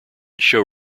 show